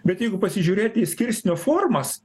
bet jeigu pasižiūrėti į skirsnio formas